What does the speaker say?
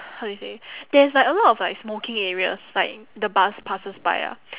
how do you say there's like a lot of like smoking areas like the bus passes by ah